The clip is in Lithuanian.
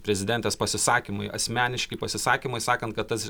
prezidentės pasisakymai asmeniški pasisakymai sakant kad tas